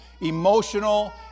emotional